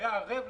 ערב להסכם.